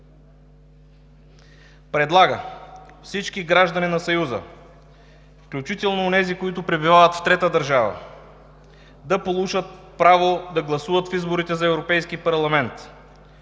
„Предлага всички граждани на Съюза, включително онези, които пребивават в трета държава, да получат право да гласуват в изборите за Европейски парламент.